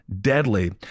deadly